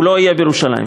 הוא לא יהיה בירושלים.